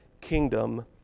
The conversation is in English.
kingdom